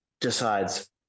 decides